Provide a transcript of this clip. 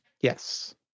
Yes